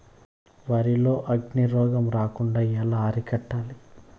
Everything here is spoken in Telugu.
వరి లో అగ్గి రోగం రాకుండా ఎలా అరికట్టాలి?